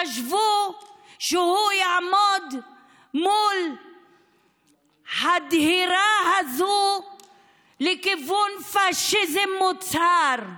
חשבו שהוא יעמוד מול הדהירה הזאת לכיוון פשיזם מוצהר,